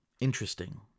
interesting